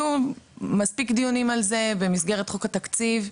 יהיו מספיק דיונים על זה במסגרת חוק התקציב,